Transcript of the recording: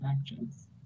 actions